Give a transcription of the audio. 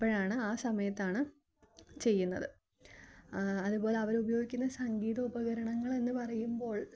അപ്പഴാണ് ആ സമയത്താണ് ചെയ്യുന്നത് അതുപോലെ അവരുപയോഗിക്കുന്ന സംഗീതോപകരണങ്ങൾ എന്നു പറയുമ്പോൾ